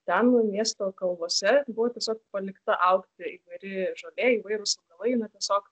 ten miesto kalvose buvo tiesiog palikta augti įvairi žolė įvairūs augalai na tiesiog